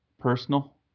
personal